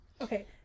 Okay